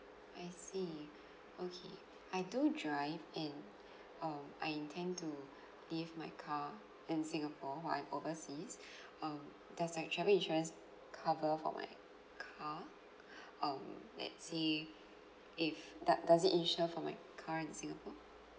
I see okay I do drive in um I intend to leave my car in singapore while I'm overseas um does that travel insurance cover for my car um let's say if doe~ does it insure for my car in singapore